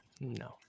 no